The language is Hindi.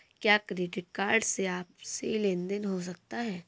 क्या क्रेडिट कार्ड से आपसी लेनदेन हो सकता है?